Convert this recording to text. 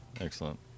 excellent